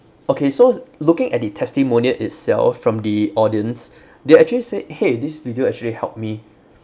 okay so looking at the testimonial itself from the audience they actually said !hey! this video actually helped me